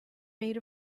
made